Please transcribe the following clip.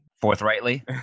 forthrightly